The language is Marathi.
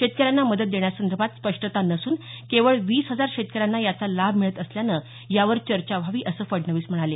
शेतकऱ्यांना मदत देण्यासंदर्भात स्पष्टता नसून केवळ वीस हजार शेतकऱ्यांना याचा लाभ मिळत असल्यानं यावर चर्चा व्हावी असं फडणवीस म्हणाले